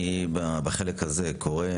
בחלק הזה אני קורא